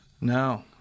No